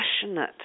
passionate